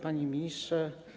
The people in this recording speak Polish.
Panie Ministrze!